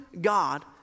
God